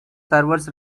servers